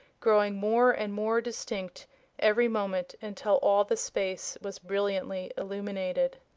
growing more and more distinct every moment until all the space was brilliantly illuminated.